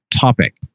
topic